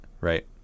right